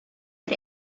бер